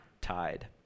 tied